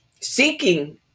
Seeking